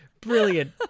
Brilliant